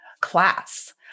class